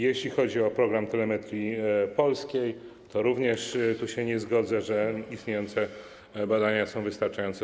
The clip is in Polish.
Jeśli chodzi o program Telemetrii Polskiej, to również nie zgodzę się z tym, że istniejące badania są wystarczające.